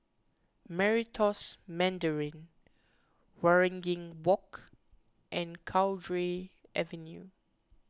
Meritus Mandarin Waringin Walk and Cowdray Avenue